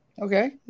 Okay